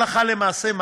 הלכה למעשה,